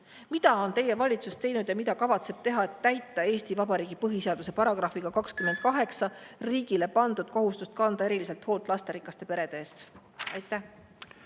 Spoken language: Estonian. Mida on teie valitsus teinud ja mida kavatseb teha, et täita Eesti Vabariigi põhiseaduse §‑s 28 riigile pandud kohustust kanda eriliselt hoolt lasterikaste perede eest? Aitäh!